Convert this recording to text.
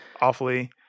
awfully